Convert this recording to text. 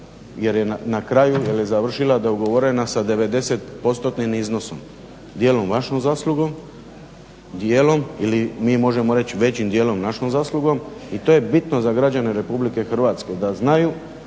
jer je na kraju, jer je završila dogovorena sa 90 postotnim iznosom dijelom vašom zaslugom, dijelom ili mi možemo reći većim dijelom našom zaslugom. I to je bitno za građane Republike Hrvatske da znaju